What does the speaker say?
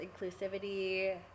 inclusivity